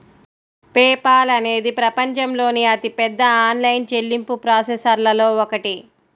pay Paul అనేది ప్రపంచంలోని అతిపెద్ద ఆన్లైన్ చెల్లింపు ప్రాసెసర్లలో ఒకటి